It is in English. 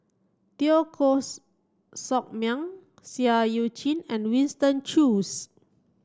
Teo Koh Sock Miang Seah Eu Chin and Winston Choos